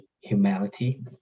humanity